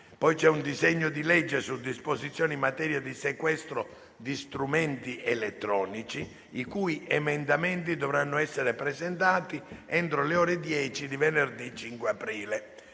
deputati; disegno di legge su disposizioni in materia di sequestro di strumenti elettronici, i cui emendamenti dovranno essere presentati entro le ore 10 di venerdì 5 aprile;